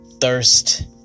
thirst